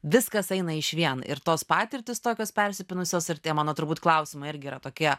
viskas eina išvien ir tos patirtys tokios persipynusios ir tie mano turbūt klausimai irgi yra tokie